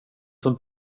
som